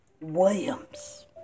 Williams